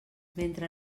mentre